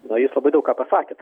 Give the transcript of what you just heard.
na jūs labai daug ką pasakėt